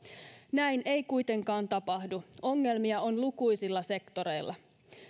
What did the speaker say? näin ei kuitenkaan tapahdu ongelmia on lukuisilla sektoreilla